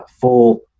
full